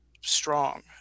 strong